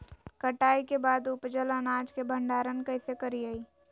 कटाई के बाद उपजल अनाज के भंडारण कइसे करियई?